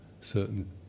certain